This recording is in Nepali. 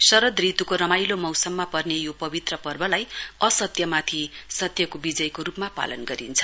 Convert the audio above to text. शरद ऋतुको रमाइलो मौसममा पर्ने यो पवित्र पर्वलाई असत्यमाथि सत्यको विजयको रुपमा पालन गरिन्छ